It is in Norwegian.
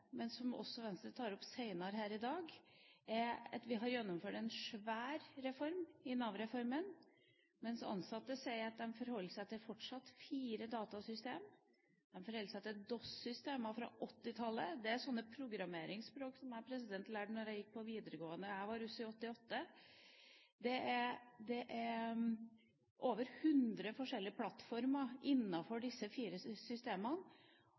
Venstre også tar opp senere her i dag, er at vi har gjennomført en svær reform, Nav-reformen, mens ansatte sier at de fortsatt forholder seg til fire datasystemer. De forholder seg til DOS-systemer fra 1980-tallet. Det er et programmeringsspråk som jeg lærte da jeg gikk på videregående, og jeg var russ i 1988! Det er over 100 forskjellige plattformer innenfor disse fire systemene,